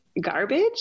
garbage